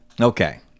Okay